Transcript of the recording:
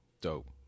Dope